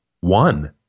one